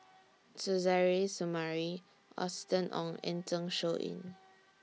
Suzairhe Sumari Austen Ong and Zeng Shouyin